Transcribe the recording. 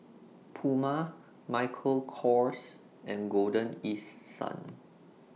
Puma Michael Kors and Golden East Sun